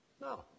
No